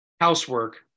housework